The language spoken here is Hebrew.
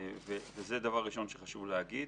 זה דבר ראשון שחשוב להגיד.